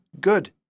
good